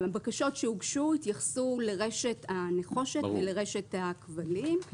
הבקשות שהוגשו התייחסו לרשת הנחושת ולרשת הכבלים.